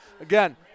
Again